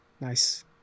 nice